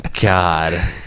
God